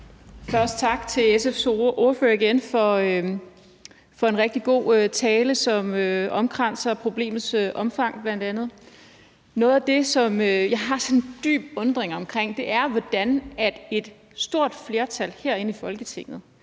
sige tak til SF's ordfører for en rigtig god tale, som omkranser problemets omfang. Noget af det, som jeg undrer mig dybt over, er det store flertal herinde i Folketinget,